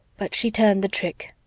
but she turned the trick.